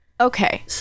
Okay